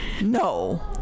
no